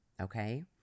Okay